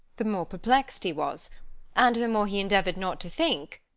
the more perplexed he was and the more he endeavoured not to think,